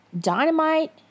Dynamite